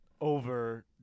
over